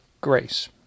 grace